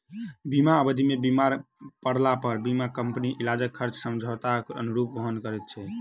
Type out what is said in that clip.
बीमा अवधि मे बीमार पड़लापर बीमा कम्पनी इलाजक खर्च समझौताक अनुरूप वहन करैत छै